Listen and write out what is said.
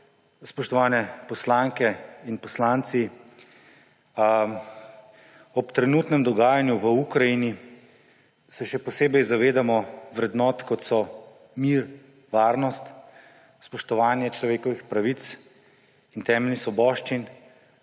Spoštovane poslanke in poslanci! Ob trenutnem dogajanju v Ukrajini se še posebej zavedamo vrednot, kot so mir, varnost, spoštovanje človekovih pravic in temeljnih svoboščin,